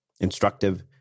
instructive